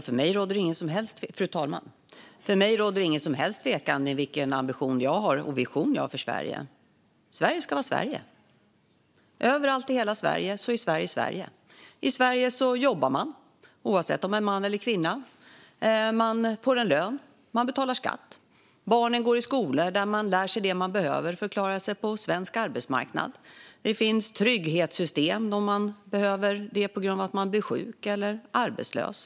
Fru talman! För mig råder det ingen som helst tvekan om vilken ambition och vision jag har för Sverige: Sverige ska vara Sverige. Överallt i hela Sverige är Sverige just Sverige. I Sverige jobbar man oavsett om man är man eller kvinna, man får en lön och man betalar skatt. Barnen går i skolor där de lär sig det som de behöver för att klara sig på svensk arbetsmarknad. Det finns trygghetssystem om man behöver det på grund av att man blir sjuk eller arbetslös.